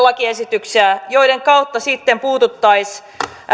lakiesityksiä joiden kautta sitten puututtaisiin